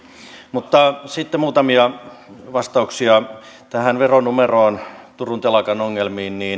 mutta sitten muutamia vastauksia tähän veronumeroon turun telakan ongelmiin